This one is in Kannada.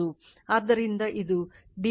ಆದ್ದರಿಂದ ಇದು d d i ಮತ್ತು d i d t ಆಗಿದೆ